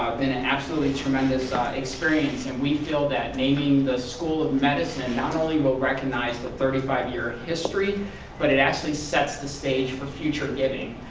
been an absolutely tremendous experience, and we feel that naming the school of medicine and not only will recognize the thirty five year history but it actually sets the stage for future giving.